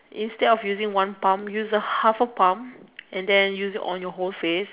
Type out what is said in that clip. instead of using one pump use half a pump and then use it on your whole face